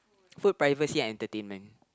food privacy entertainment